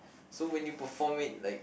so when you perform it like